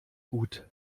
gut